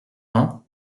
vingt